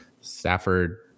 Stafford